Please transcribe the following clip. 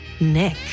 Nick